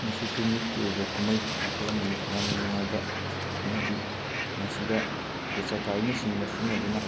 ꯃꯁꯤꯁꯨ ꯃꯤꯠꯀꯤ ꯑꯣꯏꯕ ꯀꯨꯝꯍꯩ ꯃꯈꯜ ꯑꯃꯅꯤ ꯌꯥꯝꯅ ꯅꯨꯡꯉꯥꯏꯕ ꯑꯃꯗꯤ ꯃꯁꯤꯗ ꯄꯦꯆꯀꯥꯔꯤꯅꯆꯤꯡꯕ ꯁꯤꯖꯟꯅꯗꯨꯅ